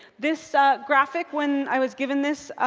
this graphic, when i was given this